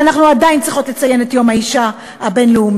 ואנחנו עדיין צריכות לציין את יום האישה הבין-לאומי.